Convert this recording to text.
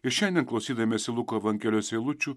ir šiandien klausydamiesi luko evangelijos eilučių